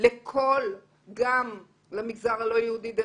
גם למגזר הלא יהודי.